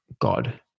God